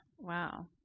Wow